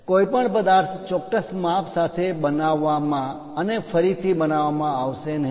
કોઈ પણ પદાર્થ ચોક્કસ માપ સાથે બનાવવામાં અને ફરીથી બનાવવામાં આવશે નહીં